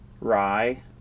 Rye